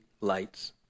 lights